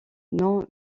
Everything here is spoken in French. non